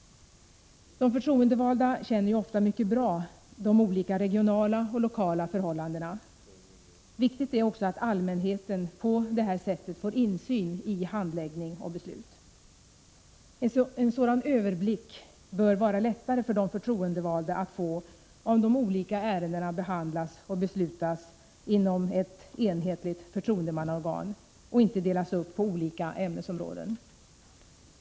De förtroendevalda känner ofta mycket bra de olika regionala och lokala förhållandena. Viktigt är också att allmänheten på detta sätt får insyn i handläggning och beslut. En sådan överblick bör vara lättare att få för de förtroendevalda, om de olika ärendena behandlas och beslutas inom ett enhetligt förtroendemannaorgan och inte delas upp på olika ämnesområden.